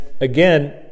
again